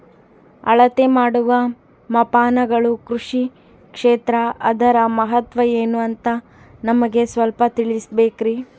ಅಳತೆ ಮಾಡುವ ಮಾಪನಗಳು ಕೃಷಿ ಕ್ಷೇತ್ರ ಅದರ ಮಹತ್ವ ಏನು ಅಂತ ನಮಗೆ ಸ್ವಲ್ಪ ತಿಳಿಸಬೇಕ್ರಿ?